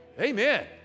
amen